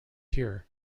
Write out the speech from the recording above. here